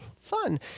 Fun